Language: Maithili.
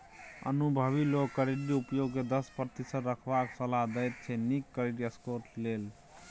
अनुभबी लोक क्रेडिट उपयोग केँ दस प्रतिशत रखबाक सलाह देते छै नीक क्रेडिट स्कोर लेल